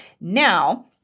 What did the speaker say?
Now